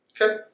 Okay